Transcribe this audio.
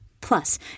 Plus